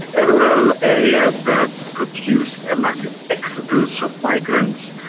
and a rural area that produced a massive exodus of migrants,